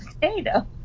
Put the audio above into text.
potato